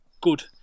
good